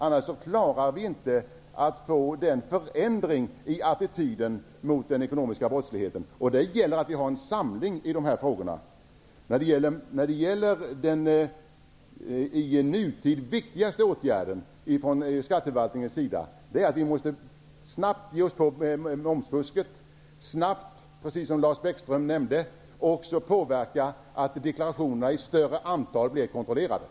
Annars klarar vi inte att åstadkomma en förändring av attityden mot ekonomisk brottslighet. Det gäller att ha en samling kring dessa frågor. Den i nutid viktigaste åtgärden från skatteförvaltningens sida är att snabbt ta itu med momsfusket och -- precis som Lars Bäckström sade -- att snabbt också påverka så, att deklarationerna blir kontrollerade i större omfattning.